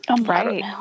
Right